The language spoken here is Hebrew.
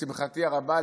לשמחתי הרבה,